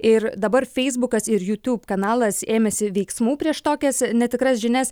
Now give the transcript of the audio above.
ir dabar feisbukas ir jutub kanalas ėmėsi veiksmų prieš tokias netikras žinias